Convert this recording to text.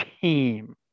team